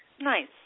Nice